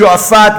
שועפאט,